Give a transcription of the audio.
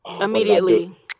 immediately